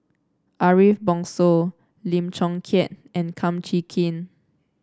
Ariff Bongso Lim Chong Keat and Kum Chee Kin